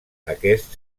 aquest